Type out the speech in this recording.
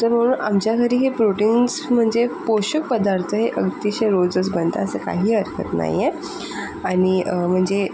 तर म्हणून आमच्या घरी हे प्रोटीन्स म्हणजे पोषक पदार्थ हे अतिशय रोजच बनतात असं काही हरकत नाही आहे आणि म्हणजे